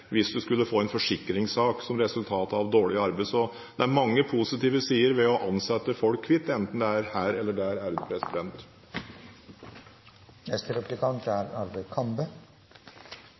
hvis du skulle få en forsikringssak som resultat av dårlig arbeid. Så det er mange positive sider ved å ansette folk og betale dem hvitt – enten det er her eller der. Felles for noen av de forslagene som er